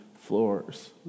floors